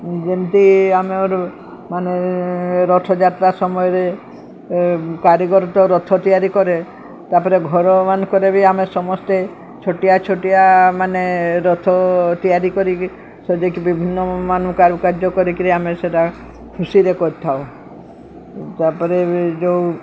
ଯେମିତି ଆମେ ମାନେ ରଥଯାତ୍ରା ସମୟରେ କାରିଗର ତ ରଥ ତିଆରି କରେ ତାପରେ ଘର ମାନଙ୍କରେ ବି ଆମେ ସମସ୍ତେ ଛୋଟିଆ ଛୋଟିଆ ମାନେ ରଥ ତିଆରି କରିକି ସଜେଇିକି ବିଭିନ୍ନ ମାନ କାରୁକାର୍ଯ୍ୟ କରିକିରି ଆମେ ସେଟା ଖୁସିରେ କରିଥାଉ ତାପରେ ଯୋଉ